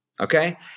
Okay